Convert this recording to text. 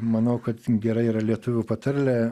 manau kad gera yra lietuvių patarlė